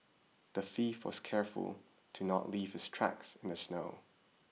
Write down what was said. the thief was careful to not leave his tracks in the snow